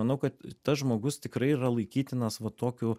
manau kad tas žmogus tikrai yra laikytinas va tokiu